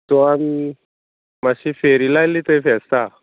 so आमी मातशी फेरी लायली थंय फेस्तां